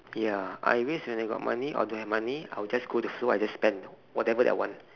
ya I waste when I got money or don't have money I will just go to school I just spend whatever that I want